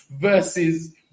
versus